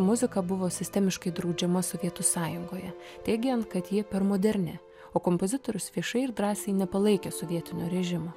muzika buvo sistemiškai draudžiama sovietų sąjungoje teigiant kad ji per moderni o kompozitorius viešai ir drąsiai nepalaikė sovietinio režimo